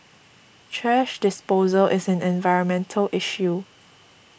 thrash disposal is an environmental issue